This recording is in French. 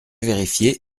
vérifié